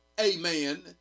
amen